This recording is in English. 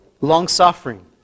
long-suffering